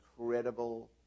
incredible